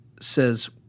says